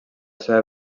seva